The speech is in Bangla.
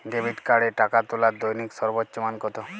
ডেবিট কার্ডে টাকা তোলার দৈনিক সর্বোচ্চ মান কতো?